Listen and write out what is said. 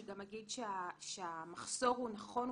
אני גם אגיד שהמחסור נכון,